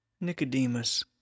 Nicodemus